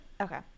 Okay